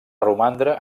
romandre